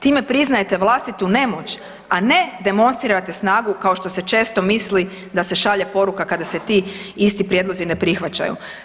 Time priznajete vlastitu nemoć, a ne demonstrirate snagu kao što se često misli da se šalje poruka kada se ti isti prijedlozi ne prihvaćaju.